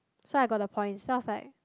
so I got the points then I was like